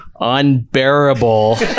unbearable